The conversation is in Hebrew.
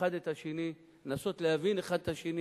אחד את השני, לנסות להבין אחד את השני